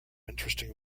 interesting